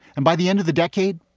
and by the end of the decade,